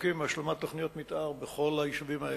רחוקים מהשלמת תוכניות מיתאר בכל היישובים האלה.